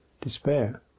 despair